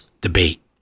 debate